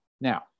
Now